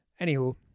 Anywho